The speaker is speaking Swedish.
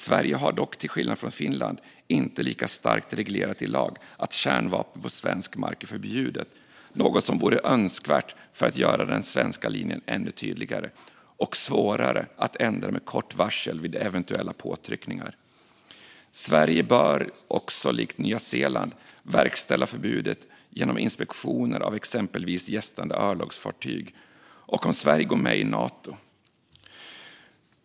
Sverige har dock till skillnad från Finland inte lika starkt reglerat i lag att kärnvapen på svensk mark är förbjudet, något som vore önskvärt för att göra den svenska linjen ännu tydligare och svårare att ändra med kort varsel vid eventuella påtryckningar. Sverige bör också likt Nya Zeeland verkställa förbudet genom inspektioner av exempelvis gästande örlogsfartyg, också om Sverige går med i Nato.